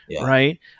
Right